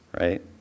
right